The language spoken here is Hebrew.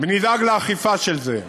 ונדאג לאכיפה של זה.